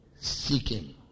seeking